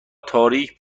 تاریک